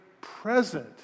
present